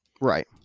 Right